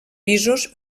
pisos